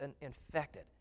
infected